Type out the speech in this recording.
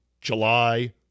July